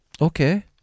Okay